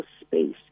space